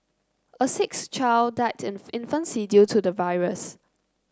a sixth child died in infancy due to the virus